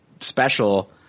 special